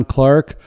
Clark